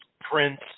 Prince